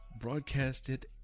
Broadcasted